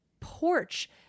porch